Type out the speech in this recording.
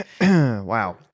Wow